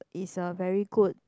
is a very good